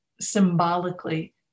symbolically